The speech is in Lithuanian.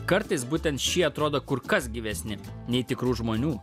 kartais būtent šie atrodo kur kas gyvesni nei tikrų žmonių